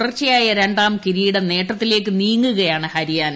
തുടർച്ചയായ രണ്ടാം കിരീട നേട്ടത്തിലേയ്ക്ക് നീങ്ങുകയാണ് ഹരിയാന